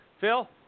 Phil